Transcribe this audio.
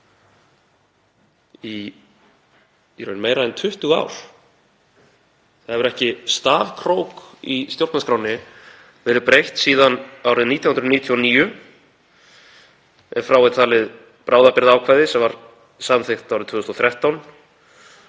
í raun í meira en 20 ár. Ekki hefur stafkrók í stjórnarskránni verið breytt síðan árið 1999, ef frá er talið bráðabirgðaákvæði sem var samþykkt árið 2013